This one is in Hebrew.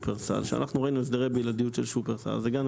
ראינו הסדרי בלעדיות של שופרסל אז הגענו